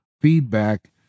feedback